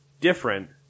different